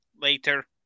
later